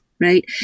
right